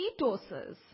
ketosis